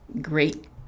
great